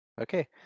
okay